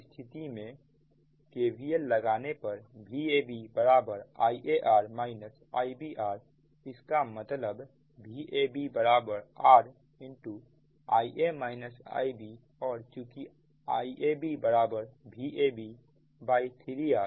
इस स्थिति में KVL लगाने पर VabIa R Ib Rइसका मतलब Vab Rऔर चुकी Iabबराबर Vab3R